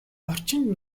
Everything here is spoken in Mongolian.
орчинд